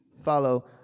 Follow